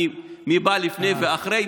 מי בא לפני ואחרי,